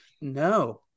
No